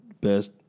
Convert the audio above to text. best